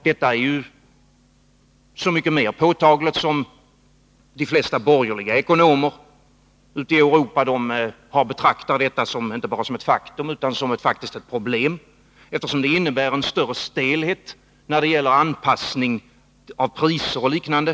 Detta är så mycket mer påtagligt som de flesta borgerliga ekonomer ute i Europa betraktar detta inte bara som ett faktum utan som ett problem, eftersom det innebär en större stelhet när det gäller anpassning av priser och liknande.